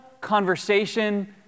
conversation